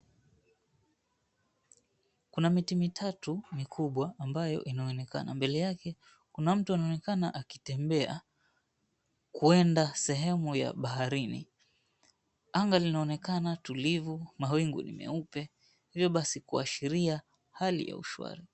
Kuna miti mitatu mikubwa ambayo inaonekana. Mbele yake kuna mtu anaonekana akitembea kuenda sehemu ya baharini. Anga linaonekana tulivu, mawingu ni meupe, hivyo basi kuashiria hali ya ushwari.